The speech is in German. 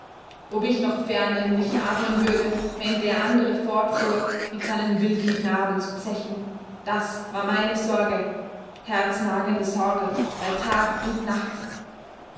ob ich noch ferner im licht atmen würde wenn der andere fortfuhr mit seinen wilden knaben zu zechen das war meine sorge herznagende sorge bei tag und nacht